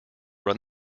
run